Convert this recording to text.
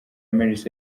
miss